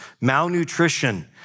malnutrition